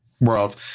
world